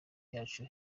yacu